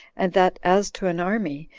and that as to an army,